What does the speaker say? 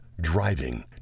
driving